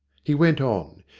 he went on.